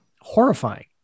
Horrifying